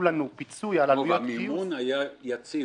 לנו פיצוי על -- המימון היה יציב.